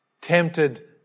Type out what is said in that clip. Tempted